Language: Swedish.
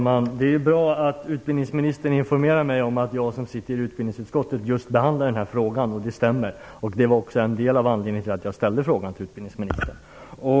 Fru talman! Det är bra att utbildningsministern informerar mig om att jag, som sitter i utbildningsutskottet, just behandlar den här frågan. Det stämmer. Det var också en del av anledningen till att jag ställde frågan till utbildningsministern.